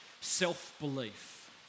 self-belief